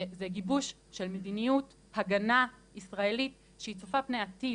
זה גיבוש של מדיניות הגנה ישראלית שהיא צופה פני העתיד.